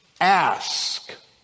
ask